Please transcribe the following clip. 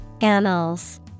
Annals